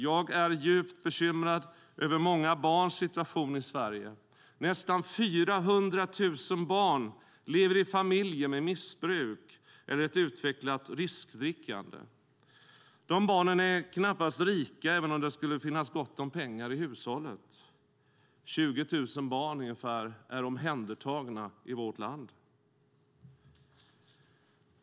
Jag är djupt bekymrad över många barns situation i Sverige. Nästan 400 000 barn lever i familjer med missbruk eller ett utvecklat riskdrickande. De barnen är knappast rika även om det skulle finnas gott om pengar i hushållet. Ungefär 20 000 barn är omhändertagna i vårt land.